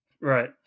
Right